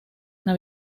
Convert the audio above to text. una